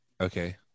Okay